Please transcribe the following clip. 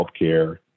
healthcare